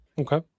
Okay